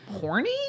horny